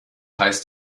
heißt